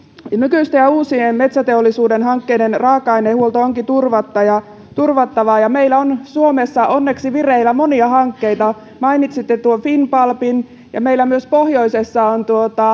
nykyisten ja uusien metsäteollisuuden hankkeiden raaka ainehuolto onkin turvattava ja turvattava ja meillä on suomessa onneksi vireillä monia hankkeita mainitsitte finnpulpin ja meillä myös pohjoisessa ovat